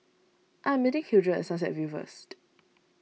I am meeting Hildred at Sunset View first